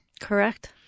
Correct